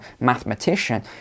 mathematician